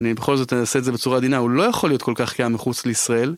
אני בכל זאת אנסה את זה בצורה עדינה, הוא לא יכול להיות כל כך כאן מחוץ לישראל.